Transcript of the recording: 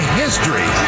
history